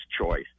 choice